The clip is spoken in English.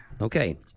okay